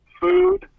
Food